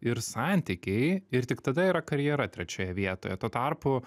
ir santykiai ir tik tada yra karjera trečioje vietoje tuo tarpu